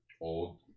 old